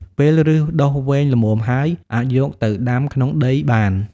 ពេលឫសដុះវែងល្មមហើយ អាចយកទៅដាំក្នុងដីបាន។